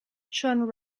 john